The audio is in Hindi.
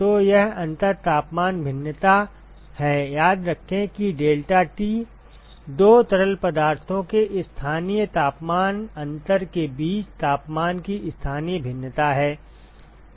तो यह अंतर तापमान भिन्नता है याद रखें कि deltaT दो तरल पदार्थों के स्थानीय तापमान अंतर के बीच तापमान की स्थानीय भिन्नता है